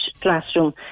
classroom